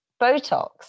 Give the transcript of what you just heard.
Botox